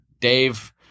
Dave